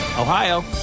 Ohio